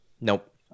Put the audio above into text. Nope